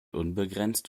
unbegrenzt